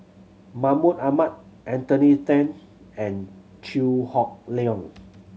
Mahmud Ahmad Anthony Then and Chew Hock Leong